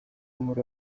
muri